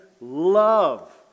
love